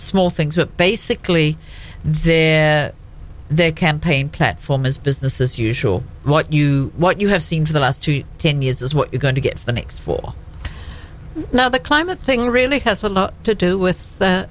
small things but basically their their campaign platform is business as usual what you what you have seen for the last ten years is what you're going to get for the next four now the climate thing really has a lot to do with